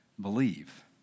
believe